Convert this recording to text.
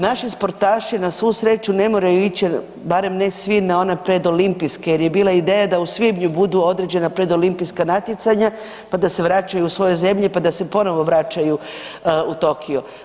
Naši sportaši na svu sreću ne moraju ići, barem ne svi na one predolimpijske jer je bila ideja da u svibnju budu određena predolimpijska natjecanja pa da se vraćaju u svoje zemlje, pa da se ponovno vraćaju u Tokyo.